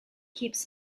keeps